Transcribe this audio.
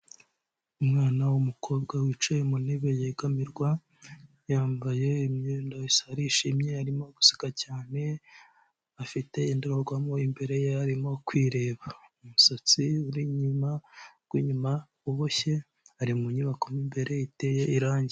Umwana w'umukobwa wicaye mu ntebe yegamirwa, yambaye imyenda isa, arishimye arimo guseka cyane, afite indorerwamo imbere ye arimo kwireba, umusatsi uri inyuma w'inyuma uboshye, ari mu nyubako mu imbere iteye irangi.